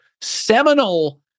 seminal